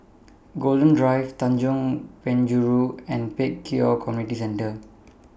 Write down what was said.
Golden Drive Tanjong Penjuru and Pek Kio Community Centre